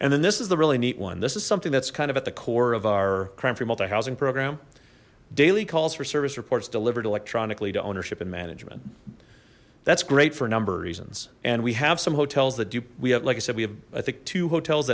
and then this is the really neat one this is something that's kind of at the core of our crime free multi housing program daily calls for service reports delivered electronically to ownership and management that's great for a number of reasons and we have some hotels that do we have like i said we have i think two hotels